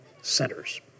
centers